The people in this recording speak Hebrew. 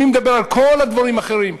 מי מדבר על כל הדברים האחרים?